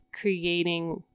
creating